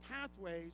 pathways